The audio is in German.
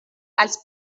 als